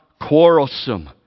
quarrelsome